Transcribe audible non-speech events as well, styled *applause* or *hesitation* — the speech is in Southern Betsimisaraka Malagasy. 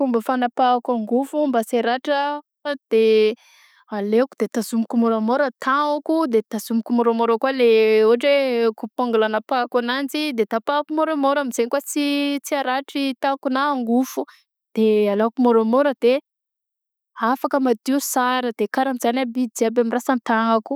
Fomba fanapahako angofo mba tsy haratra de *hesitation* aleko de tazomiko môramôra tagnako de tazomiko môramôra kôa le hoe ôhatra hoe coupe ongle anapahako ananjy de tapahako môramôra amzay ko tsy tsy aratry tagnako na angofo de alako môramôra de afaka madio tsara de karanjany aby jiaby amy rantsan-tagnako.